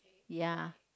ya